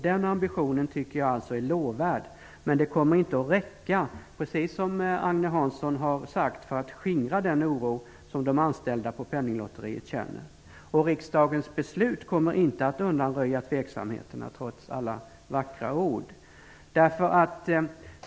Den ambitionen tycker jag alltså är lovvärd, men det kommer inte att räcka, precis som Agne Hansson har sagt, för att skingra den oro som de anställda på Penninglotteriet känner. Och riksdagens beslut kommer inte att undanröja tveksamheterna trots alla vackra ord.